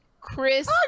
Chris